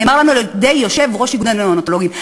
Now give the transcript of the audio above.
נאמר לנו על-ידי יושב-ראש איגוד הנאונטולוגים.